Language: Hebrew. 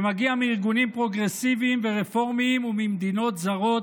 שמגיע מארגונים פרוגרסיביים ורפורמיים וממדינות זרות,